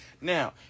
Now